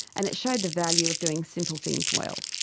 and it showed the value of doing simple things well.